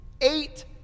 Eight